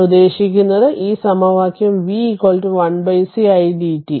ഞാൻ ഉദ്ദേശിക്കുന്നത് ഈ സമവാക്യം v 1c idt